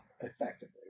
effectively